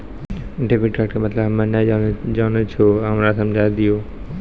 Debit card के मतलब हम्मे नैय जानै छौ हमरा समझाय दियौ?